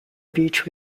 beach